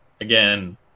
again